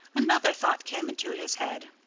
another thought came into his head.